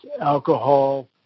alcohol